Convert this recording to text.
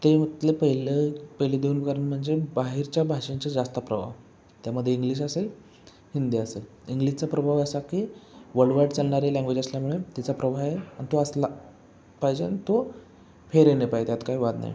ते म्हटलं पहिलं पहिले दोन कारण म्हणजे बाहेरच्या भाषांचा जास्त प्रभाव त्यामध्ये इंग्लिश असेल हिंदी असेल इंग्लिशचा प्रभाव असा की वर्ल्डवाईड चालणारी लँग्वेज असल्यामुळे तिचा प्रभाव आहे आणि तो असला पाहिजे आणि तो फेरे नाही पाहिजे यात काही वाद नाही